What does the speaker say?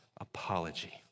apology